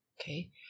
okay